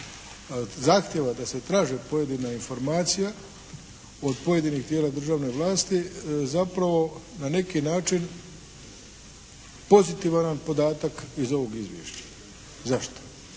zahtjeva da se traži pojedina informacija od pojedinih tijela državne vlasti zapravo na neki način pozitivan podatak iz ovog izvješća. Zašto?